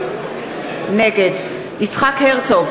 נגד יצחק הרצוג,